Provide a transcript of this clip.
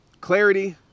clarity